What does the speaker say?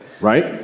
right